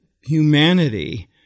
humanity